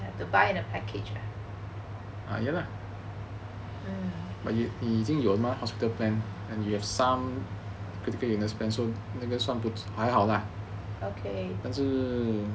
have to but the package ah oh okay